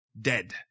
dead